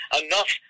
enough